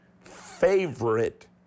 favorite